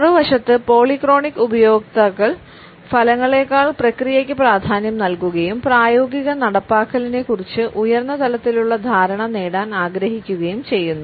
മറുവശത്ത് പോളിക്രോണിക് ഉപയോക്താക്കൾ ഫലങ്ങളെക്കാൾ പ്രക്രിയയ്ക്ക് പ്രാധാന്യം നൽകുകയും പ്രായോഗിക നടപ്പാക്കലിനെക്കുറിച്ച് ഉയർന്ന തലത്തിലുള്ള ധാരണ നേടാൻ ആഗ്രഹിക്കുകയും ചെയ്യുന്നു